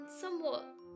somewhat